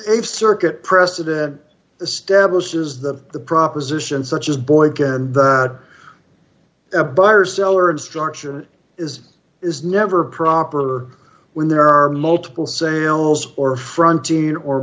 a circuit precedent establishes that the propositions such as boy a buyer seller and structure is is never proper when there are multiple sales or